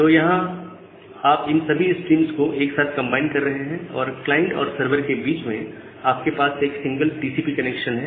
तो यहां आप इन सभी स्ट्रीम्स को एक साथ कंबाइन कर रहे हैं और क्लाइंट और सर्वर के बीच में आपके पास एक सिंगल टीसीपी कनेक्शन है